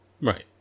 Right